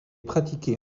pratiquée